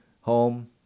home